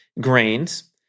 grains